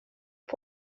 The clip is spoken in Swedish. jag